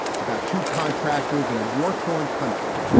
it's about two contractors in a war torn country.